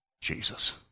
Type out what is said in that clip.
Jesus